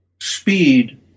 Speed